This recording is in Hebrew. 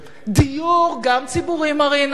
דיור, גם ציבורי, מרינה,